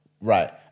Right